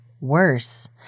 worse